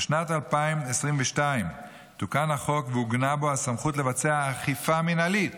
בשנת 2022 תוקן החוק ועוגנה בו הסמכות לבצע אכיפה מינהלית